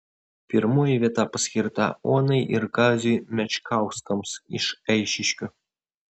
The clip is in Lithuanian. pirmoji vieta paskirta onai ir kaziui mečkauskams iš eišiškių